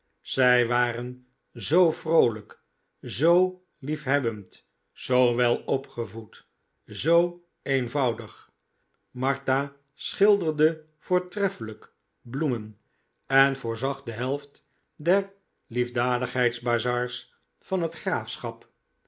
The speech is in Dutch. zij waren zoo vroolijk zoo liefhebbend zoo welopgevoed zoo eenvoudig martha schilderde voortreffelijk bloemen en voorzag de helft der liefdadigheidsbazars van het graafschap